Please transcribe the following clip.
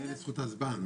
אין לי זכות הצבעה.